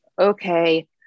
Okay